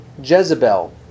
Jezebel